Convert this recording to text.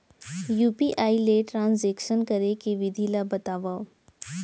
UPI ले transaction करे के विधि ला बतावव?